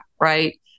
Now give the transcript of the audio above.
right